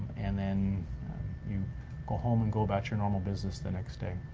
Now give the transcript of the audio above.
and then you go home and go about your normal business the next day.